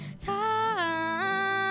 time